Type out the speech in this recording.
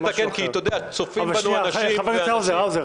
לתקן כי צופים בנו אנשים -- חבר הכנסת האוזר,